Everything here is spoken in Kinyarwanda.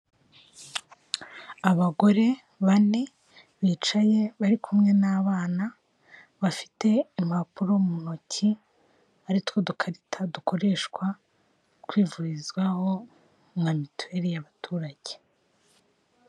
Abagore bane bicaye bari kumwe n'abana bafite impapuro mu ntoki aritwo dukarita dukoreshwa kwivurizwaho nka mituweli y'abaturage.